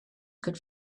could